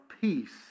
peace